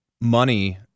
money